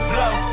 Blow